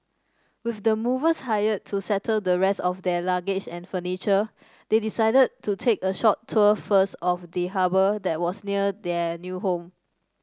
with the movers hired to settle the rest of their luggage and furniture they decided to take a short tour first of the harbour that was near their new home